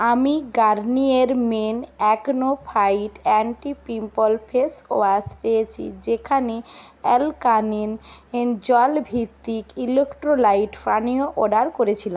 আমি Garnier Men AcnoFight anti pimple facewash পেয়েছি যেখানে অ্যালকানেম এর জল ভিত্তিক ইলেক্ট্রোলাইট পানীয় অর্ডার করেছিলাম